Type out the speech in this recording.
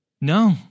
No